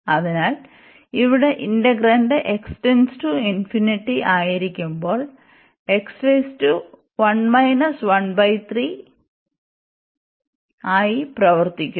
അതിനാൽ ഇവിടെ ഇന്റഗ്രാന്റ് ആയിരിക്കുമ്പോൾ ആയി പ്രവർത്തിക്കുന്നു